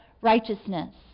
righteousness